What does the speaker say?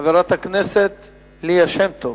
חברת הכנסת ליה שמטוב,